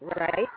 right